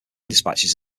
dispatches